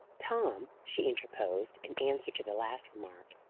tom, she interposed, in answer to the last remark,